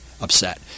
upset